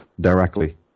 directly